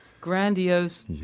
grandiose